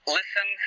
listen